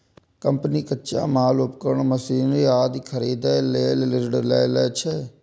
company कच्चा माल, उपकरण, मशीनरी आदि खरीदै लेल ऋण लै छै